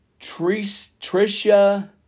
Tricia